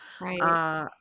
Right